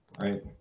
right